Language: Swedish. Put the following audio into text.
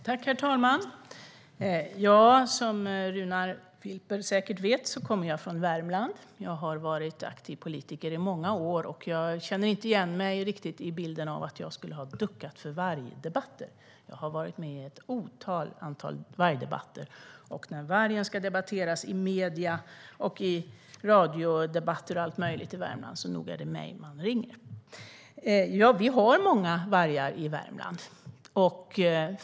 Herr ålderspresident! Som Runar Filper säkert vet kommer jag från Värmland. Jag har varit aktiv politiker i många år, och jag känner inte riktigt igen mig i bilden att jag skulle ha duckat för vargdebatter. Jag har varit med i ett otal vargdebatter. När varg ska debatteras i medier i Värmland är det mig man ringer. Ja, vi har många vargar i Värmland.